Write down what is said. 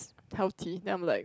healthy then I'm like